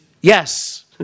yes